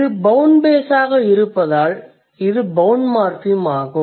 இது bound base ஆக இருப்பதால் இது பௌண்ட் மார்ஃபிம் ஆகும்